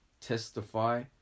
testify